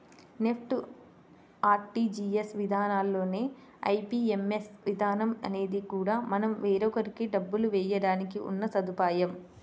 NEFT, RTGS విధానాల్లానే IMPS విధానం అనేది కూడా మనం వేరొకరికి డబ్బులు వేయడానికి ఉన్న సదుపాయం